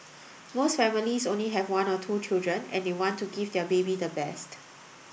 most families only have one or two children and they want to give their baby the best